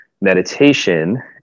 meditation